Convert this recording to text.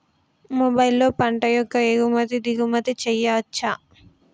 మొబైల్లో పంట యొక్క ఎగుమతి దిగుమతి చెయ్యచ్చా?